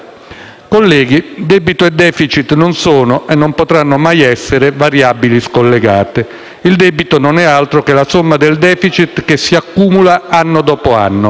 Colleghi, debito e *deficit* non sono e non potranno mai essere variabili scollegate. Il debito non è altro che la somma del *deficit* che si accumula anno dopo anno: